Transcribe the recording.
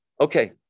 Okay